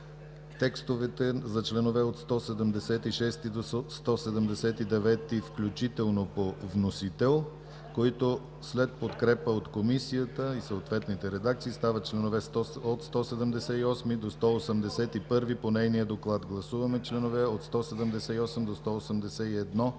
текстовете за членове от 176 до 179 включително по вносител, които след подкрепа от Комисията и съответните редакции стават членове от 178 до 181 по нейния доклад. Гласуваме членове от 178 до 181